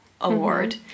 Award